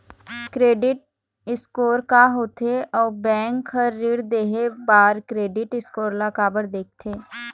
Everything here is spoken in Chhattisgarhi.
क्रेडिट स्कोर का होथे अउ बैंक हर ऋण देहे बार क्रेडिट स्कोर ला काबर देखते?